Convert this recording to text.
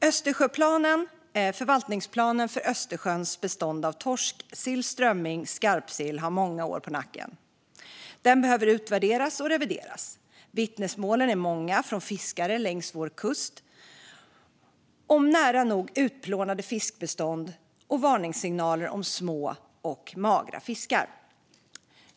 Östersjöplanen, förvaltningsplanen för Östersjöns bestånd av torsk, sill - eller strömming - och skarpsill, har många år på nacken. Den behöver utvärderas och revideras. Vittnesmålen är många från fiskare längs vår kust om nära nog utplånade fiskbestånd och varningssignaler om små och magra fiskar.